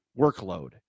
workload